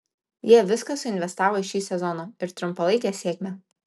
jie viską suinvestavo į šį sezoną ir trumpalaikę sėkmę